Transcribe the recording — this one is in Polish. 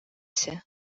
się